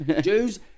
Jews